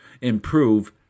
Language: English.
improve